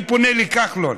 אדוני, אני פונה לכחלון.